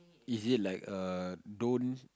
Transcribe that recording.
is like err don't